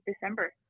December